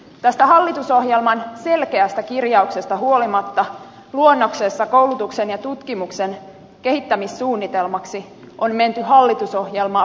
tästä hallitusohjelman selkeästä kirjauksesta huolimatta luonnoksessa koulutuksen ja tutkimuksen kehittämissuunnitelmaksi on menty hallitusohjelmaa pidemmälle